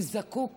הוא זקוק